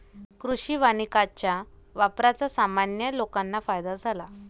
कृषी वानिकाच्या वापराचा सामान्य लोकांना फायदा झाला